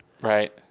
Right